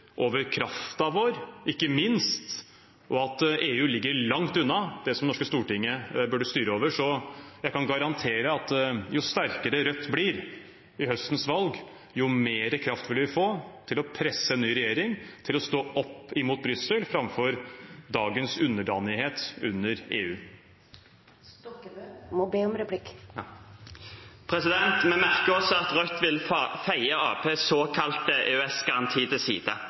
over kraften vår, og at EU ligger langt unna det det norske Stortinget burde styre over. Jeg kan garantere at jo sterkere Rødt blir i høstens valg, jo mer kraft vil vi få til å presse en ny regjering til å stå opp imot Brussel framfor dagens underdanighet under EU. Vi merker oss at Rødt vil feie Arbeiderpartiets såkalte EØS-garanti til side,